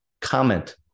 comment